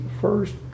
first